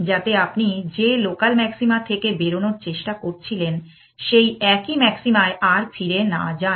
যাতে আপনি যে লোকাল ম্যাক্সিমা থেকে বেরোনোর চেষ্টা করছিলেন সেই একই ম্যাক্সিমায় আর ফিরে না যান